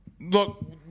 Look